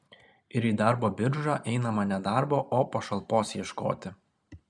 ir į darbo biržą einama ne darbo o pašalpos ieškoti